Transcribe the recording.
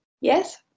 Yes